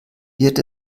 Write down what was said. wird